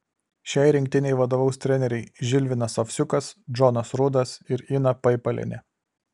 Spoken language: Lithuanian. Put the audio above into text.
šiai rinktinei vadovaus treneriai žilvinas ovsiukas džonas rudas ir ina paipalienė